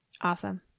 Awesome